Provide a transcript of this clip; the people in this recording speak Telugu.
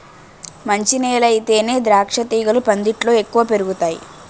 మంచి నేలయితేనే ద్రాక్షతీగలు పందిట్లో ఎక్కువ పెరుగతాయ్